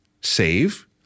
save